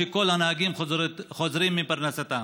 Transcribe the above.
כשכל הנהגים חוזרים מפרנסתם,